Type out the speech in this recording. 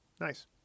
nice